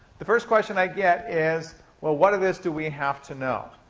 the first question i get is, well, what of this do we have to know?